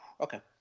okay